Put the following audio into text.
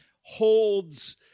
holds